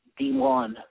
D1